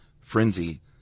frenzy